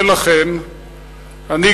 ולכן אני,